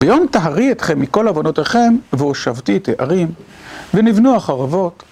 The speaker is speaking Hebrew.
ביום טהרי אתכם מכל עבודותיכם, והושבתי את הערים, ונבנו החרבות.